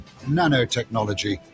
Nanotechnology